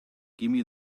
gimme